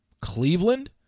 Cleveland